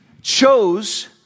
chose